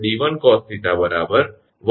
6 ° છે